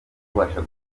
kubasha